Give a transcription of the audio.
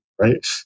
right